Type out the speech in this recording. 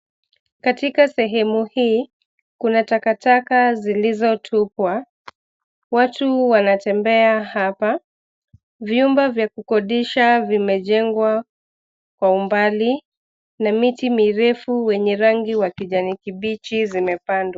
Katika sehemu hii, kuna takataka zilizotupwa. Watu wanatembea hapa. Vyumba vya kukodisha vimejengwa kwa umbali, na miti mirefu wenye rangi wa kijani kibichi zimepandwa.